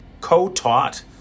co-taught